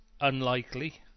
unlikely